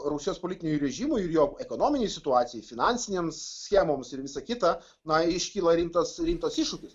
rusijos politiniam režimui ir jo ekonominei situacijai finansinėms schemoms ir visa kita na iškyla rimtas rimtas iššūkis